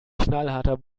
knallharter